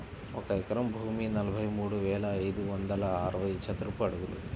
ఒక ఎకరం భూమి నలభై మూడు వేల ఐదు వందల అరవై చదరపు అడుగులు